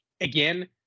again